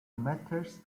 methods